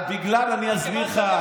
אני אסביר לך,